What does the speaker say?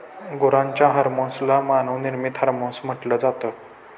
गुरांच्या हर्मोन्स ला मानव निर्मित हार्मोन्स म्हटल जात